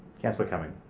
councillor cumming.